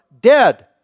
dead